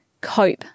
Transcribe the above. cope